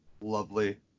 Lovely